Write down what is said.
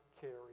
carry